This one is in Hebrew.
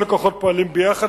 וכל הכוחות פועלים יחד.